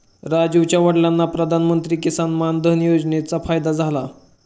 राजीवच्या वडिलांना प्रधानमंत्री किसान मान धन योजनेचा फायदा झाला